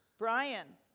Brian